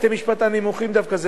בתי-המשפט הנמוכים דווקא,